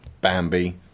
Bambi